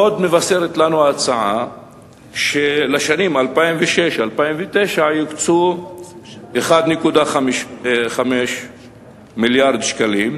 עוד מבשרת לנו ההצעה שלשנים 2006 2009 יוקצו 1.5 מיליארד שקלים,